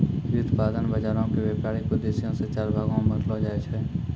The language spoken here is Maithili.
व्युत्पादन बजारो के व्यपारिक उद्देश्यो से चार भागो मे बांटलो जाय छै